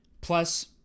Plus